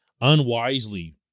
unwisely